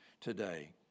today